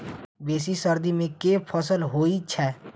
बेसी सर्दी मे केँ फसल होइ छै?